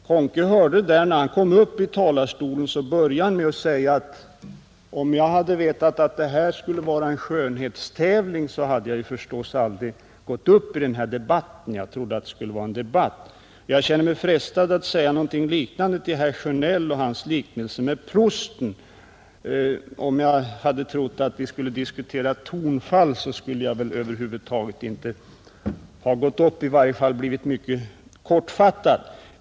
Conke hörde det där, och när han kom upp i talarstolen började han med att säga: ”Om jag hade vetat att det här skulle vara en skönhetstävling, hade jag förstås aldrig gått upp i debatten; jag trodde att det skulle vara en debatt.” — Jag känner mig frestad att säga någonting liknande till herr Sjönell om hans liknelse med prosten: Om jag hade trott att vi skulle diskutera tonfall, skulle jag över huvud taget inte ha tagit till orda eller i varje fall fattat mig mycket kort.